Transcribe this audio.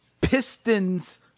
pistons